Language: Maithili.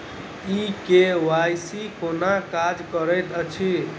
ई के.वाई.सी केना काज करैत अछि?